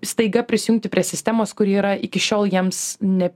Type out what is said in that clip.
staiga prisijungti prie sistemos kuri yra iki šiol jiems ne